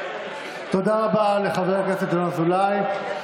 תודה רבה לחבר הכנסת ינון אזולאי.